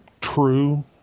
true